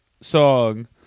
song